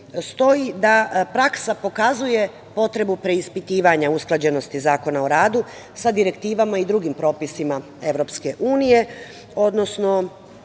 stoji da praksa pokazuje potrebu preispitivanja usklađenosti Zakona u radu sa direktivama i drugim propisima Evropske